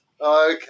Okay